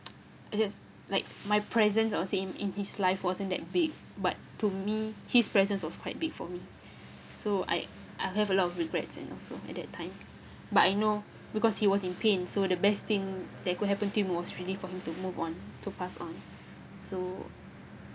it's just like my presence or same in his life wasn't that big but to me his presence was quite big for me so I I have a lot of regrets and also at that time but I know because he was in pain so the best thing that could happen to him was really for him to move on to pass on so